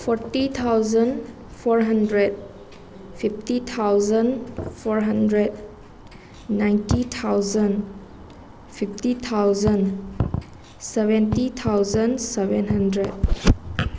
forty thousand four hundred fifty thousand four hundred ninety thousand fifty thousand seventy thousand seven hundred